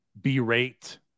berate